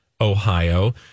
Ohio